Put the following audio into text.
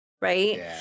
Right